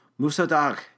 Musadag